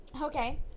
Okay